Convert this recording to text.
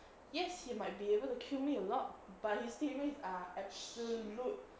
yes you might be able to kill me a lot but his teammates are absolute